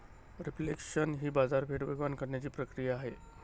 reflation ही बाजारपेठ वेगवान करण्याची प्रक्रिया आहे